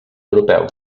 europeu